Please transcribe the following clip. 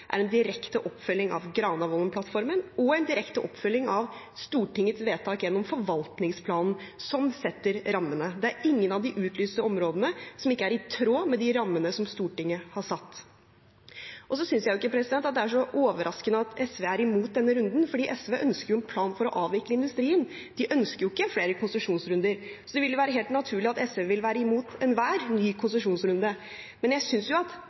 er en direkte oppfølging av Granavolden-plattformen og en direkte oppfølging av Stortingets vedtak gjennom forvaltningsplanen som setter rammene. Det er ingen av de utlyste områdene som ikke er i tråd med de rammene som Stortinget har satt. Jeg synes ikke det er så overraskende at SV er imot denne runden, for SV ønsker jo en plan for å avvikle industrien. De ønsker ikke flere konsesjonsrunder. Det vil være helt naturlig at SV er imot enhver ny konsesjonsrunde. Mitt ansvar som statsråd er jo